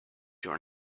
your